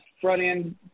front-end